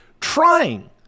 trying